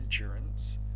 endurance